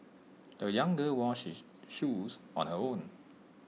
the young girl washed shoes on her own